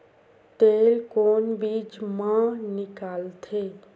तेल कोन बीज मा निकलथे?